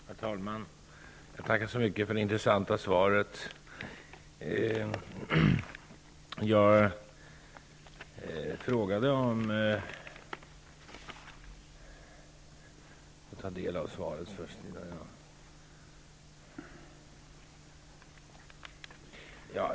Herr talman! Jag tackar så mycket för det intressanta svaret.